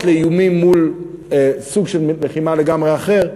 לאיומים מול סוג של לחימה לגמרי אחר,